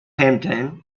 hampden